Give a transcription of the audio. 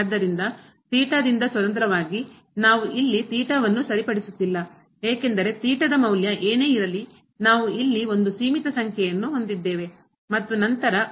ಆದ್ದರಿಂದ ಥೀಟಾದಿಂದ ಸ್ವತಂತ್ರವಾಗಿ ನಾವು ಇಲ್ಲಿ ಥೀಟಾವನ್ನು ಸರಿಪಡಿಸುತ್ತಿಲ್ಲ ಏಕೆಂದರೆ ಥೀಟಾದ ಮೌಲ್ಯ ಏನೇ ಇರಲಿ ನಾವು ಇಲ್ಲಿ ಒಂದು ಸೀಮಿತ ಸಂಖ್ಯೆಯನ್ನು ಹೊಂದಿದ್ದೇವೆ ಮತ್ತು ನಂತರ 0 ಗೆ ಹೋದರೆ ಇದು 0 ಆಗುತ್ತದೆ